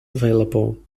available